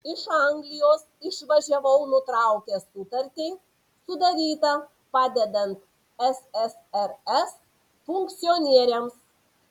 iš anglijos išvažiavau nutraukęs sutartį sudarytą padedant ssrs funkcionieriams